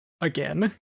again